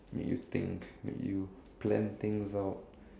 make you think make you plan things out